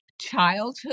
childhood